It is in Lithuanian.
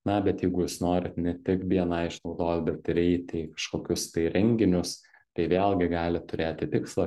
na bet jeigu jūs norit ne tik bni išnaudot bet ir eiti į kažkokius tai renginius tai vėlgi galit turėti tikslą